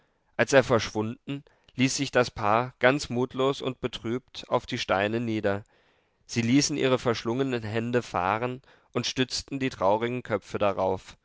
als er verschwunden ließ sich das paar ganz mutlos und betrübt auf die steine nieder sie ließen ihre verschlungenen hände fahren und stützten die traurigen köpfe darauf